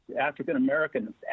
African-American